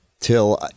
Till